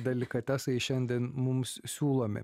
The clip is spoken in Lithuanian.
delikatesai šiandien mums siūlomi